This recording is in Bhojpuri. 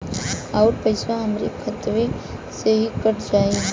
अउर पइसवा हमरा खतवे से ही कट जाई?